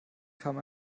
kam